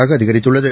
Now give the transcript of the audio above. ஆக அதிகரித்துள்ளது